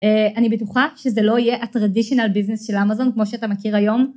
אני בטוחה שזה לא יהיה הטרדישיונל ביזנס של אמזון כמו שאתה מכיר היום